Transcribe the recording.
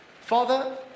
Father